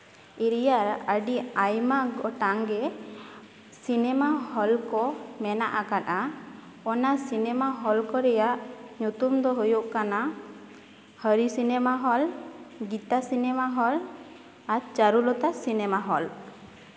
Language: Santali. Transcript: ᱮᱨᱤᱭᱟ ᱟᱹᱰᱤ ᱟᱭᱢᱟ ᱜᱚᱴᱟᱝ ᱜᱮ ᱥᱤᱱᱮᱢᱟ ᱦᱚᱞ ᱠᱚ ᱢᱮᱱᱟᱜ ᱟᱠᱟᱫᱼᱟ ᱚᱱᱟ ᱥᱤᱱᱮᱢᱟ ᱦᱚᱞ ᱠᱚ ᱨᱮᱭᱟᱜ ᱧᱩᱛᱩᱢ ᱫᱚ ᱦᱩᱭᱩᱜ ᱠᱟᱱᱟ Hari cinema hall Gita cinema hall ᱟᱨ ᱪᱟᱹᱨᱩᱞᱚᱛᱟ ᱥᱤᱱᱮᱢᱟ ᱦᱚᱞ